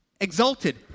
exalted